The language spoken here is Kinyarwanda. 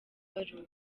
baruwa